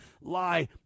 lie